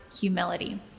humility